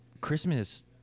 christmas